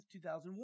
2001